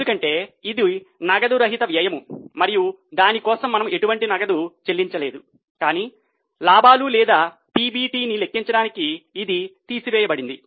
ఎందుకంటే ఇది నగదు రహిత వ్యయం మరియు దాని కోసం మనము ఎటువంటి నగదు చెల్లించలేదు కాని లాభాలు లేదా పిబిటిని లెక్కించడానికి ఇది తీసివేయబడింది